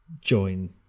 join